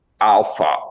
alpha